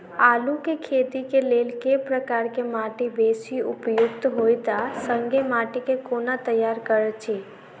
आलु केँ खेती केँ लेल केँ प्रकार केँ माटि बेसी उपयुक्त होइत आ संगे माटि केँ कोना तैयार करऽ छी?